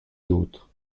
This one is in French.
d’autres